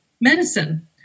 medicine